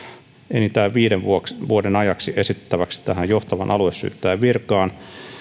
enintään viiden vuoden ajaksi nimitettäväksi johtavan aluesyyttäjän virkaan